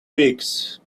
weeks